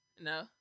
No